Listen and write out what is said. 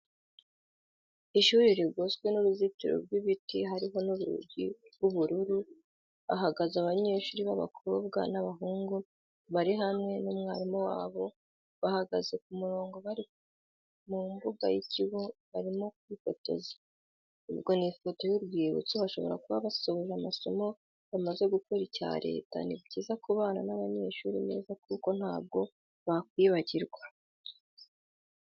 Ishuri rigoswe n'uruzitiro rw'ibiti hariho nurugi rw,ubururu hahagaze banyeshuri babakobwa n,ababahungu barihamwe namwarimu wabo bahagaze kumurongo bari mumbuga y'ikigo barimo kwifotoza ubwo n'ifoto y'urwibutso bashobora kuba bashoje amasomo bamaze gukora icya leta nibyiza kubana n'abanyeshuri neza kuko ntabwo bakwibagirwa.